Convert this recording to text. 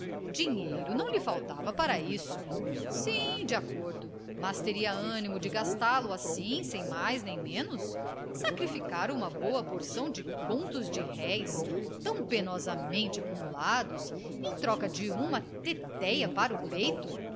dinheiro não lhe faltava para isso sim de acordo mas teria animo de gastá lo assim sem mais nem menos sacrificar uma boa porção de contos de réis tão penosamente acumulados em troca de uma tetéia para o peito